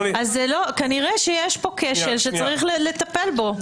אז, כנראה, יש פה כשל שצריך לטפל בו.